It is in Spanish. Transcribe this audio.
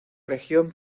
región